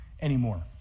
anymore